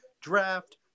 draft